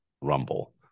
rumble